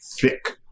thick